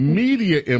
media